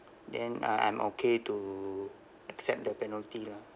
then uh I'm okay to accept the penalty lah